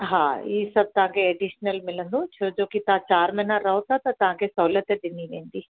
हा इहे सभु तव्हांखे एडीशनल मिलंदो छो जो की तव्हां चारि महीना रहो था त तव्हांखे सोहलत ॾई वेंदी